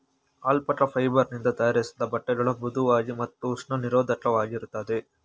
alpaca fibre ನಿಂದ ತಯಾರಿಸಿದ ಬಟ್ಟೆಗಳು ಮೃಧುವಾಗಿ ಮತ್ತು ಉಷ್ಣ ನಿರೋಧಕವಾಗಿರುತ್ತದೆ